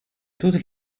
toutes